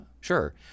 sure